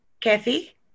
Kathy